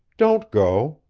don't go,